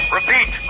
repeat